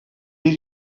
bir